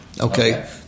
okay